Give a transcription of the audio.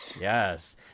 Yes